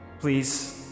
Please